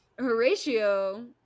Horatio